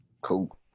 cool